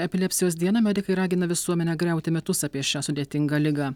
epilepsijos dieną medikai ragina visuomenę griauti mitus apie šią sudėtingą ligą